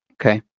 Okay